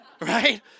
Right